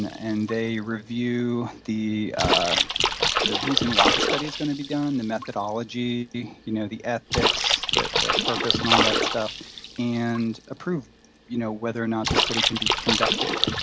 and they review the the reason why the study is going to be done, the methodology, you know the ethics, the purpose and all that stuff and approve you know whether or not the study can be conducted.